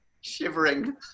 shivering